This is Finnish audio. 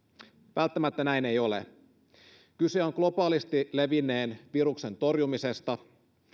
välttämättä näin ei ole kyse on globaalisti levinneen viruksen torjumisesta